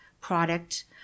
product